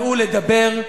לדבר.